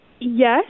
Yes